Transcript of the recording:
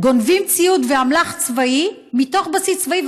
גונבים ציוד ואמל"ח צבאי מתוך בסיס צבאי,